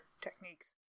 techniques